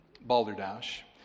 Balderdash